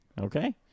Okay